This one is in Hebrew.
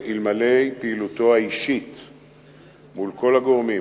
שאלמלא פעילותו האישית מול כל הגורמים